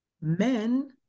men